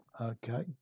Okay